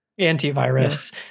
antivirus